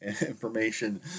information